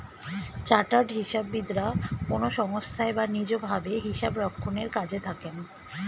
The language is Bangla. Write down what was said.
চার্টার্ড হিসাববিদরা কোনো সংস্থায় বা নিজ ভাবে হিসাবরক্ষণের কাজে থাকেন